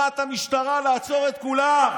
הנחה את המשטרה לעצור את כולם,